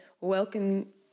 welcome